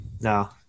No